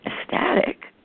ecstatic